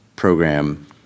Program